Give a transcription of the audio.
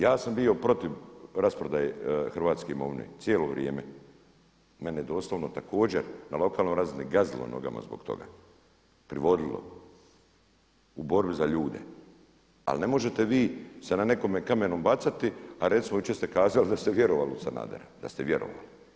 Ja sam bio protiv rasprodaje hrvatske imovine cijelo vrijeme, mene doslovno također na lokalnoj razini gazilo nogama zbog toga, privodilo u borbi za ljude, ali ne možete se vi na nekoga kamenom bacati, a recimo jučer ste kazali da ste vjerovali u Sanadera, da ste vjerovali.